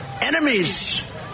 enemies